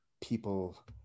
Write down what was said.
people